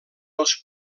els